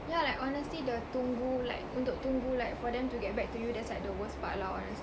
yeah like honestly the tunggu like untuk tunggu like for them to get back to you that's like the worst part lah honestly